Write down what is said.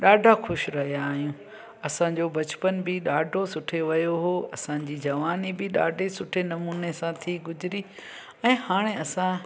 ॾाढा ख़ुशि रहिया आहियूं असांजो बचपन बि ॾाढो सुठे वियो हुओ असांजी जवानी बि ॾाढे सुठे नमूने सां थी गुजरी ऐं हाणे असां